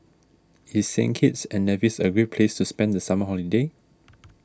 is Saint Kitts and Nevis a great place to spend the summer holiday